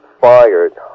fired